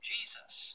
Jesus